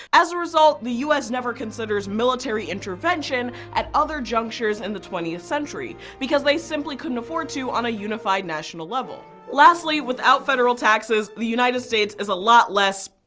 as a result, the u s. never considers military intervention at other junctures in the twentieth century, because they simply couldn't afford to on a unified national level. lastly without federal taxes the united states is a lot less.